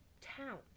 town